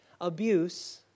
abuse